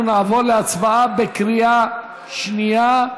אנחנו נעבור להצבעה בקריאה שנייה.